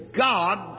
God